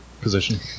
position